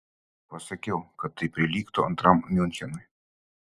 pasakiau kad tai prilygtų antram miunchenui